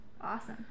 awesome